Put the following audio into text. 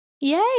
yay